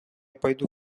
пойду